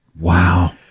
Wow